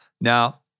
Now